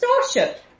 starship